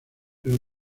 pero